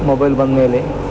mobile ಬಂದ್ಮೇಲೆ